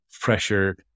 pressure